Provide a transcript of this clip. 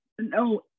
no